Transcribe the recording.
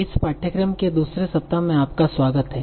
इस पाठ्यक्रम के दूसरे सप्ताह में आपका स्वागत है